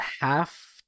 half